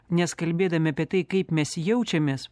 nes kalbėdami apie tai kaip mes jaučiamės